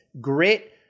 grit